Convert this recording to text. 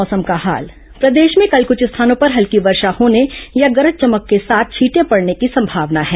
मौसम प्रदेश में कल कुछ स्थानों पर हल्की वर्षा होने या गरज चमक के साथ छींटे पड़ने की संभावना है